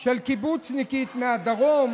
של קיבוצניקית מהדרום